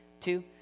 Two